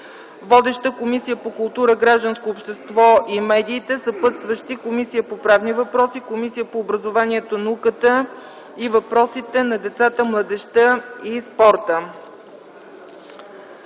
Водеща е Комисията по културата, гражданското общество и медиите. Съпътстващи са Комисията по правни въпроси и Комисията по образованието, науката и въпросите на децата, младежта и спорта.